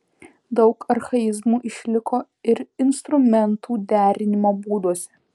daug archaizmų išliko ir instrumentų derinimo būduose